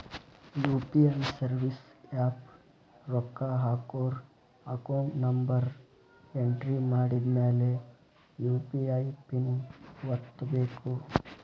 UPI service app ರೊಕ್ಕ ಹಾಕೋರ್ account number entry ಮಾಡಿದ್ಮ್ಯಾಲೆ ಯು.ಪಿ.ಐ ಪಿನ್ ಒತ್ತಬೇಕು